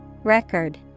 Record